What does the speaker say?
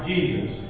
Jesus